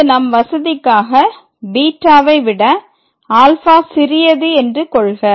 இங்கு நம் வசதிக்காக βவை விட ∝ சிறியது என்று கொள்க